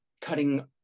cutting